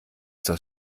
das